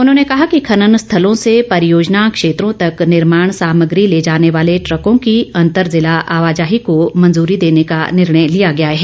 उन्होंने कहा कि खनन स्थलों से परियोजना क्षेत्रों तक निर्माण सामग्री ले जाने वाले ट्रकों की अंतर जिला आवाजाही को मंजूरी देने का निर्णय लिया गया है